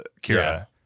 Kira